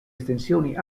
estensioni